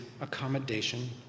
accommodation